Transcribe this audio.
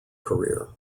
career